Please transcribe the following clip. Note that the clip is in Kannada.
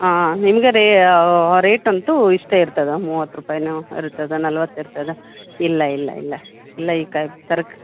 ಹಾಂ ಹಿಂಗೆ ರೀ ರೇಟ್ ಅಂತೂ ಇಷ್ಟೇ ಇರ್ತದೆ ಮೂವತ್ತು ರೂಪಾಯಿನೂ ಇರ್ತದೆ ನಲ್ವತ್ತೂ ಇರ್ತದೆ ಇಲ್ಲ ಇಲ್ಲ ಇಲ್ಲ ಇಲ್ಲ ಈ ತರ್ ತರ್ಕ್